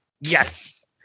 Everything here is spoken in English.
Yes